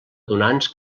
donants